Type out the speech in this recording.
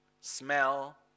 smell